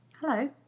hello